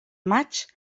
maig